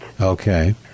Okay